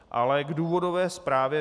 Ale k důvodové zprávě.